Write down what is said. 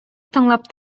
тыңлап